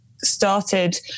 started